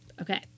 Okay